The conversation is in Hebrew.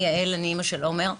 אני יעל, אני אמא של עומר,